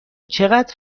چقدر